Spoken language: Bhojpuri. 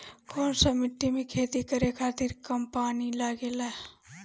कौन सा मिट्टी में खेती करे खातिर कम पानी लागेला?